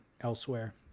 elsewhere